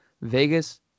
Vegas